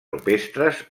rupestres